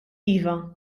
iva